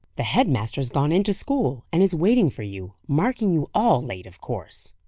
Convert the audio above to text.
the head-master's gone into school, and is waiting for you marking you all late, of course.